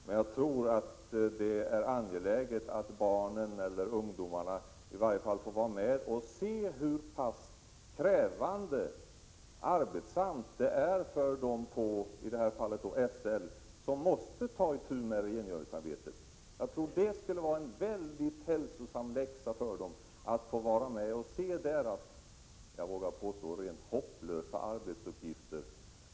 Men jag tror att det är angeläget att barnen/ungdomarna i varje fall får vara med och se hur pass krävande och arbetsamma uppgifter de har — i det här fallet personalen på SL — som måste ta itu med rengöringsarbetet. Jag tror att det skulle vara en väldigt nyttig läxa för dessa barn och ungdomar, om de fick vara med och se hur — vågar jag påstå — helt hopplösa arbetsuppgifter SL-personalen har.